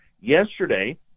yesterday